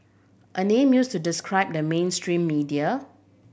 a name used to describe the mainstream media